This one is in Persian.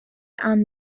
امن